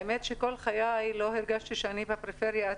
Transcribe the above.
האמת היא שכל חיי לא הרגשתי שאני בפריפריה עד